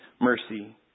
mercy